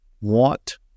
want